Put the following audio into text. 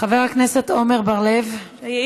חבר הכנסת עמר בר-לב, בבקשה.